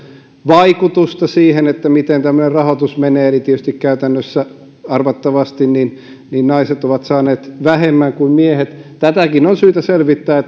vaikutusta siihen miten tämmöinen rahoitus menee eli tietysti käytännössä arvattavasti naiset ovat saaneet vähemmän kuin miehet tätäkin on syytä selvittää